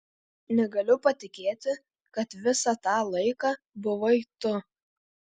negaliu patikėti kad visą tą laiką buvai tu